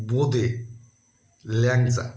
বোঁদে ল্যাংচা